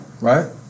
Right